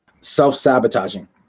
self-sabotaging